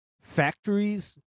factories